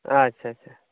ᱟᱪᱪᱷᱟ ᱪᱷᱟ ᱪᱷᱟ